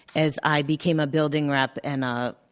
as i became a building rep and ah